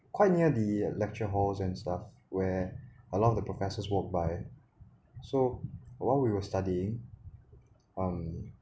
quite near the lecture halls and stuff where a lot of the professors walked by so while we were studying um